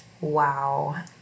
wow